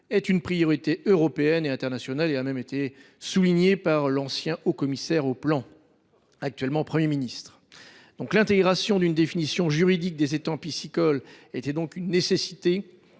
est une priorité européenne et internationale, ce qui a même été souligné par l’ancien haut commissaire au plan, devenu Premier ministre. L’intégration d’une définition juridique des étangs piscicoles était donc une nécessité.